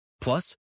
Plus